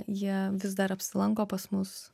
jie vis dar apsilanko pas mus